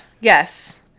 Yes